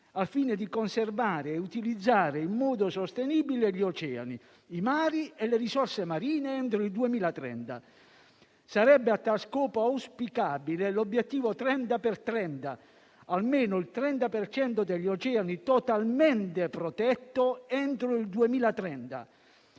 al fine di conservare e utilizzare in modo sostenibile gli oceani, i mari e le risorse marine entro il 2030. Sarebbe a tal scopo auspicabile l'obiettivo 30x30: almeno il 30 per cento degli oceani totalmente protetto entro il 2030.